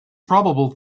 probable